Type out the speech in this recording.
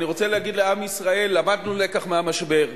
נכון, סגן השר יצחק